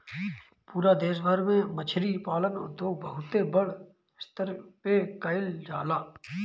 पूरा देश भर में मछरी पालन उद्योग बहुते बड़ स्तर पे कईल जाला